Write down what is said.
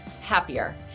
Happier